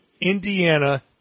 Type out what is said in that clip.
Indiana